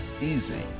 easy